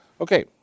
Okay